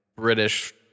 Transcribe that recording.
British